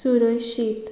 सुरय शीत